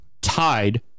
tied